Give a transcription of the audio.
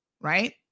right